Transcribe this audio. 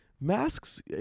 masks